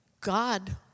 God